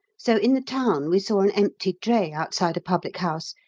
so in the town we saw an empty dray outside a public-house,